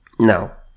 Now